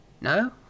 No